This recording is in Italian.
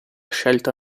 scelta